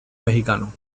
mexicano